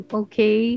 okay